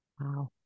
Wow